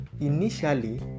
initially